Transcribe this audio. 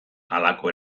halako